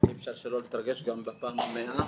אי אפשר שלא להתרגש גם בפעם המאה.